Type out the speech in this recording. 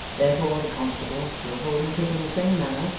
therefore, the constable, still holding kit in the same manner,